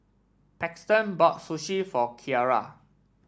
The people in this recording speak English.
Paxton bought Sushi for Kyara